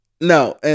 No